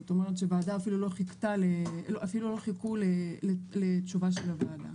זאת אומרת שהוועדה אפילו לא חיכו לתשובה של הוועדה.